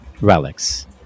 relics